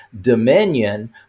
dominion